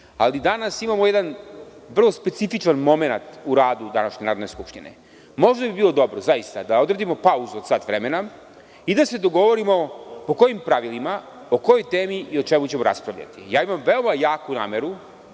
ali danas imamo jedan vrlo specifičan momenat u radu današnje Narodne skupštine. Možda bi bilo dobro zaista da odredimo pauzu od sat vremena i da se dogovorimo po kojim pravilima, po kojoj temi i o čemu ćemo raspravljati. Imam veoma jasnu nameru,